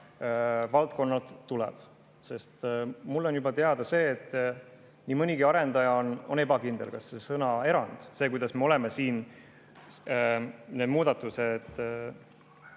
valdkonnalt tuleb, sest mulle on juba teada see, et nii mõnigi arendaja on ebakindel, kas see sõna "erand", see, kuidas me oleme siin neid muudatusi